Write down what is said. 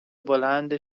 بلند